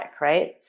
right